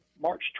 March